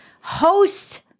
host